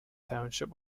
township